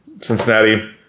Cincinnati